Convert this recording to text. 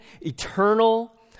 eternal